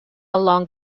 along